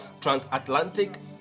transatlantic